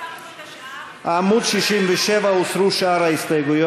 חברי הכנסת, בעד, 50,